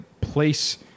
place